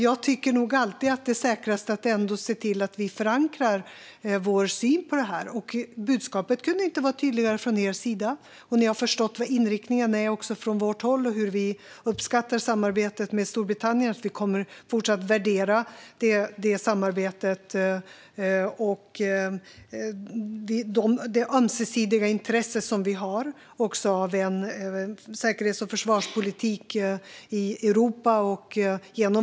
Jag tycker alltid att det är säkrast att se till att förankra vår syn på det. Budskapet kunde inte heller vara tydligare från er sida. Ni har också förstått vår inriktning och att vi uppskattar samarbetet med Storbritannien. Sverige kommer även i fortsättningen att värdera det och det ömsesidiga intresse vi har av en säkerhets och försvarspolitik i Europa.